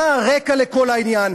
מה הרקע לכל העניין,